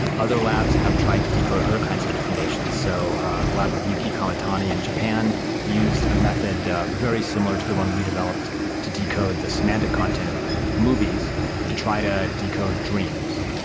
other labs have tried to decode other kinds of information, so ah the lab of yuki kamitani in japan used a method very similar to the one we developed to decode the semantic content of movies to try to decode dreams.